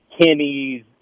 Kenny's